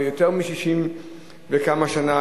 ויותר מ-60 וכמה שנה,